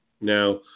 Now